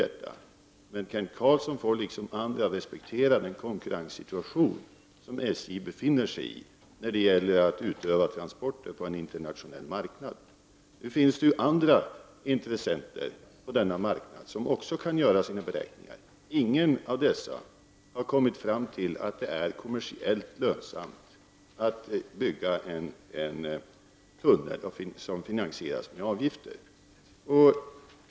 Kent Carlsson får liksom andra respektera den konkurrenssituation som SJ befinner sig i när det gäller att utöva transporter på en internationell marknad. Det finns andra intressenter på denna marknad som också kan göra sina beräkningar. Ingen av dessa har kommit fram till att det är kom mersiellt lönsamt att bygga en tunnel som finansieras med avgifter.